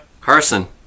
Carson